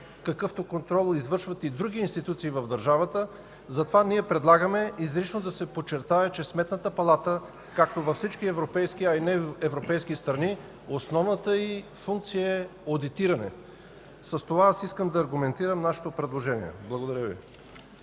какъвто контрол извършват и други институции в държавата, затова ние предлагаме изрично да се подчертае, че на Сметната палата, както във всички европейски, а и неевропейски страни, основната й функция е одитиране. С това аз искам да аргументирам нашето предложение. Благодаря Ви.